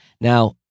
Now